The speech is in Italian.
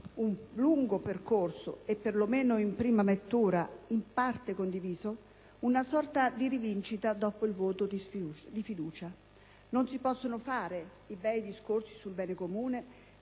un lungo percorso e, perlomeno in prima lettura in parte condiviso, una sorta di rivincita dopo il voto di fiducia. Non si possono fare i bei discorsi sul bene comune